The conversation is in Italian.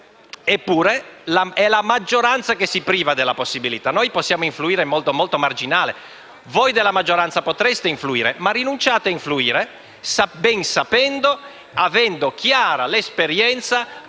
Eppure, è la maggioranza che si priva della possibilità di decidere. Voi della maggioranza potreste influire, ma rinunciate a influire, ben sapendo e avendo chiara l'esperienza